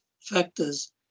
factors